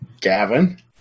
Gavin